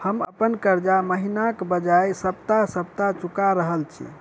हम अप्पन कर्जा महिनाक बजाय सप्ताह सप्ताह चुका रहल छि